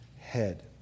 head